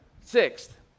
Sixth